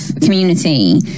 community